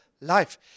life